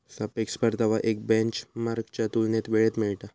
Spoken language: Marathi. सापेक्ष परतावा एक बेंचमार्कच्या तुलनेत वेळेत मिळता